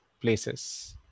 places